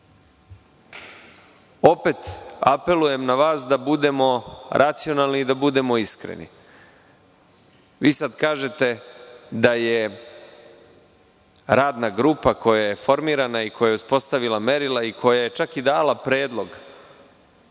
Opet, apelujem na vas da budemo racionalni i da budemo iskreni. Vi sad kažete da je radna grupa koja je formirana, i koja je uspostavila merila i koja je čak dala predlog,